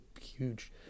huge